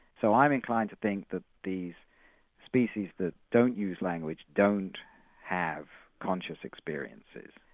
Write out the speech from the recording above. so i'm inclined to think that the species that don't use language don't have conscious experiences,